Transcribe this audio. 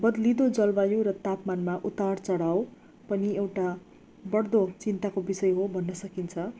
बद्लिँदो जलवायु र तापमानमा उतार चढाउ पनि एउटा बढ्दो चिन्ताको विषय हो भन्न सकिन्छ